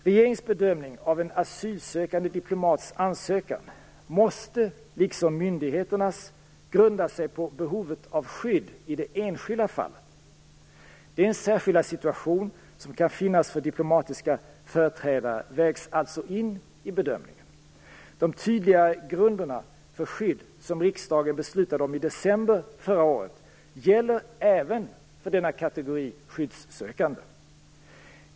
Regeringens bedömning av en asylsökande diplomats ansökan måste liksom myndigheternas grunda sig på behovet av skydd i det enskilda fallet. Den särskilda situation som kan finnas för diplomatiska företrädare vägs alltså in i bedömningen. De tydligare grunderna för skydd, som riksdagen beslutade om i december förra året, gäller även för denna kategori skyddssökande.